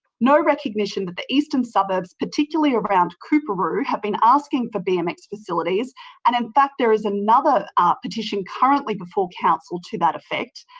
no recognition that the eastern suburbs, particularly around coorparoo have been asking for bmx facilities and in fact there is another ah petition currently before council to that effect.